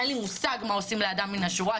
אין לי מושג מה עושים לאדם מן השורה,